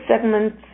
segment's